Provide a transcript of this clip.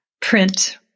print